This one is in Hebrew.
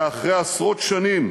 ואחרי עשרות שנים